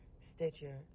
Stitcher